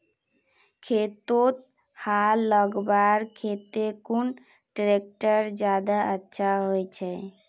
खेतोत हाल लगवार केते कुन ट्रैक्टर ज्यादा अच्छा होचए?